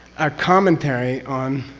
a commentary on